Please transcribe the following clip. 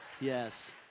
yes